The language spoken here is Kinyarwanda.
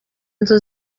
nzu